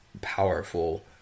powerful